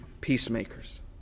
peacemakers